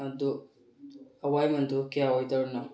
ꯑꯗꯨ ꯑꯋꯥꯏꯃꯜꯗꯨ ꯀꯌꯥ ꯑꯣꯏꯗꯧꯔꯤꯅꯣ